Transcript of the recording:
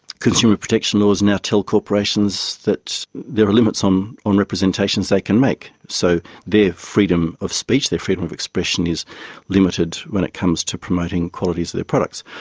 consumer protection laws now tell corporations that there are limits um on representations they can make. so their freedom of speech, their freedom of expression is limited when it comes to promoting qualities of their products.